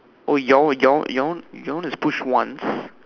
oh your one your one your one your one is push once